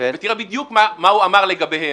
ותראה בדיוק מה הוא אמר לגביהם.